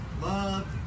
love